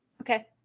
Okay